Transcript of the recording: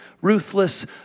ruthless